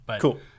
Cool